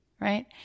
right